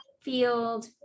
field